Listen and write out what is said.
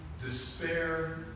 despair